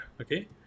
Okay